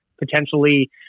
potentially